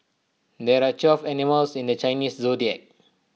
there are twelve animals in the Chinese Zodiac